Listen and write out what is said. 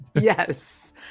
Yes